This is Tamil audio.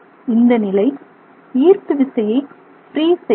இந்த நிலை ஈர்ப்பு விசையை பிரீ செய்கிறது